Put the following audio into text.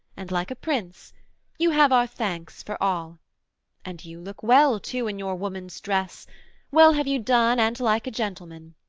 and like a prince you have our thanks for all and you look well too in your woman's dress well have you done and like a gentleman.